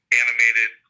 animated